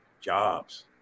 jobs